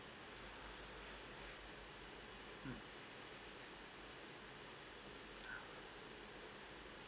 mm